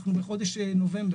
ואנחנו בחודש נובמבר.